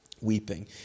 Weeping